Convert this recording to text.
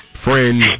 friend